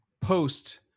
post